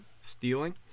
Stealing